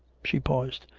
she paused.